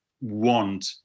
want